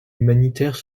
humanitaires